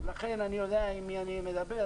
לכן אני יודע עם מי אני מדבר,